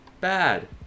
Bad